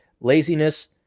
laziness